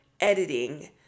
editing